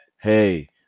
hey